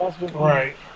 right